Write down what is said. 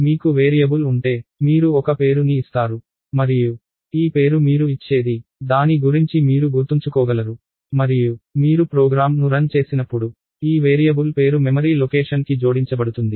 మీకు వేరియబుల్ ఉంటే మీరు ఒక పేరు ని ఇస్తారు మరియు ఈ పేరు మీరు ఇచ్చేది దాని గురించి మీరు గుర్తుంచుకోగలరు మరియు మీరు ప్రోగ్రామ్ను అమలు చేసినప్పుడు ఈ వేరియబుల్ పేరు మెమరీ లొకేషన్ కి జోడించబడుతుంది